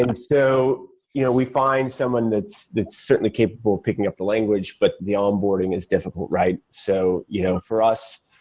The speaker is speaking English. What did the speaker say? and so you know we find someone that's that's certainly capable picking up the language, but the onboarding is difficult, right? so you know for us,